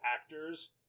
actors